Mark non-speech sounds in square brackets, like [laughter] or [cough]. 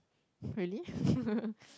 really [laughs]